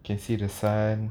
can see the sun